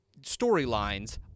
storylines